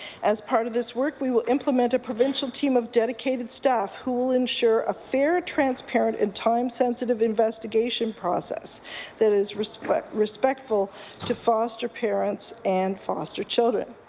as part of this work we will implement a provincial team of dedicated staff who will ensure a fair, transparent and time sensitive investigation process that is respectful respectful to foster parents and foster children.